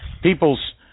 People's